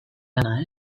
lana